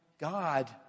God